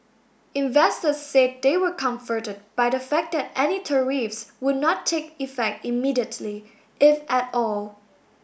investors said they were comforted by the fact that any tariffs would not take effect immediately if at all